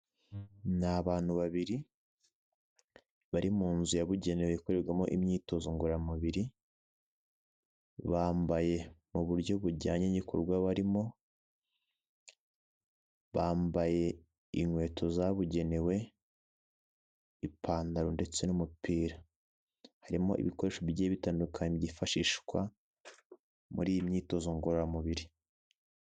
Ni abantu babiri bari mu nzu yabugenewe ikorerwamo imyitozo ngororamubiri, bambaye mu buryo bujyanye n'igikorwa barimo, bambaye inkweto zabugenewe, ipantaro ndetse n'umupira, harimo ibikoresho bigiye bitandukanye byifashishwa muri iyi myitozo ngororamubiri.